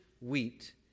wheat